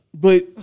But-